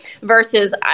Versus